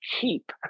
keep